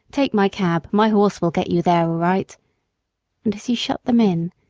take my cab, my horse will get you there all right and as he shut them in,